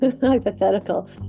Hypothetical